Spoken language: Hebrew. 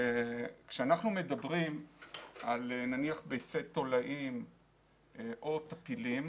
כשאנחנו מדברים נניח על ביצי תולעים או טפילים,